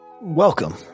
Welcome